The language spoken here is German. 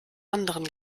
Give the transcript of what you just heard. anderen